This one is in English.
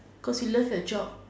cause you love your job